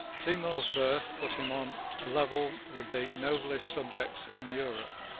seymour's birth put him on a level with the noblest subjects in europe.